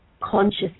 conscious